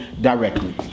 directly